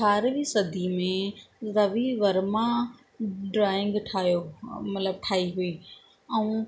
अठारवी सदी में रवि वर्मा ड्रॉइंग ठाहियो मतलबु ठाही हुई ऐं